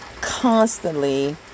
constantly